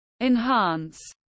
Enhance